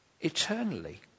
eternally